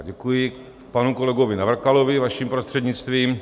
Děkuji panu kolegovi Navrkalovi vaším prostřednictvím.